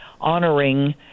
honoring